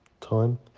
time